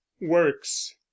works